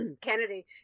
Kennedy